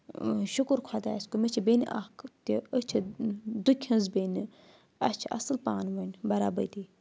شُکُر خۄدایَس کُن کوٚر مےٚ چھِ بیٚنہِ اَکھ تہِ أسۍ چھِ دُکہِ ہٕنٛز بیٚنہِ اَسہِ چھِ اَصٕل پانہٕ ؤنۍ برابٔدی